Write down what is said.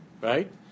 Right